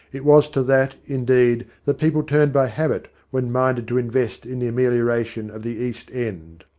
it was to that, indeed, that people turned by habit when minded to invest in the amelioration of the east end.